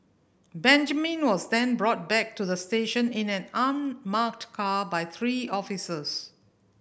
Benjamin was then brought back to the station in an unmarked car by three officers